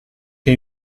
che